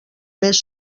més